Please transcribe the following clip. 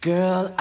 Girl